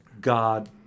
God